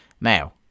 Now